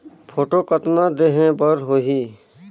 Photo कतना देहें बर होहि?